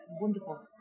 wonderful